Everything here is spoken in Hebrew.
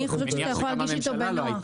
אני חושבת שאתה יכול להרגיש איתו בנוח.